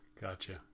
Gotcha